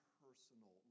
personal